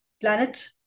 Planet